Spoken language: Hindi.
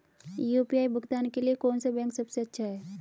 यू.पी.आई भुगतान के लिए कौन सा बैंक सबसे अच्छा है?